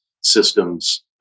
systems